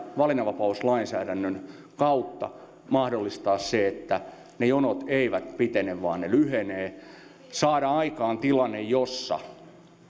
valinnanvapauslainsäädännön kautta mahdollistetaan se että ne jonot eivät pitene vaan ne lyhenevät ja saadaan aikaan tilanne jossa